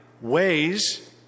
ways